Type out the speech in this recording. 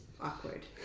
awkward